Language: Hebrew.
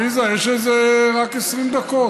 עליזה, יש רק איזה 20 דקות.